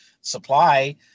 supply